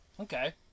Okay